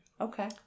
Okay